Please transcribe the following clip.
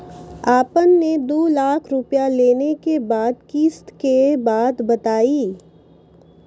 आपन ने दू लाख रुपिया लेने के बाद किस्त के बात बतायी?